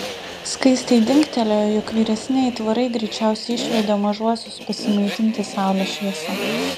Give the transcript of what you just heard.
skaistei dingtelėjo jog vyresni aitvarai greičiausiai išvedė mažuosius pasimaitinti saulės šviesa